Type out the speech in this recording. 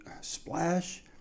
splash